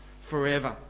forever